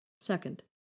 Second